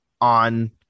on